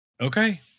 Okay